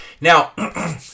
Now